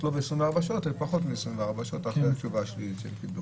לא ב-24 שעות אלא פחות מ-24 שעות אחרי התשובה השלילית שהם קיבלו.